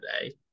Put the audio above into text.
today